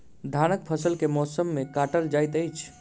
धानक फसल केँ मौसम मे काटल जाइत अछि?